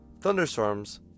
thunderstorms